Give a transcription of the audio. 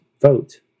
vote